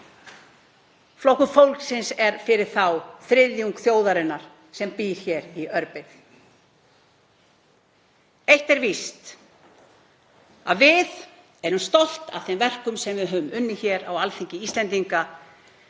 Flokkur fólksins er fyrir þann þriðjung þjóðarinnar sem býr hér í örbirgð. Eitt er víst að við erum stolt af þeim verkum sem við höfum unnið hér á Alþingi Íslendinga